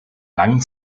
langen